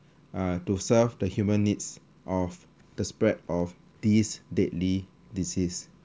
uh to serve the human needs of the spread of this deadly disease